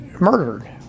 Murdered